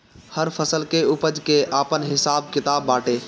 हर फसल के उपज के आपन हिसाब किताब बाटे